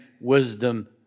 wisdom